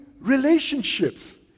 relationships